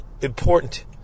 important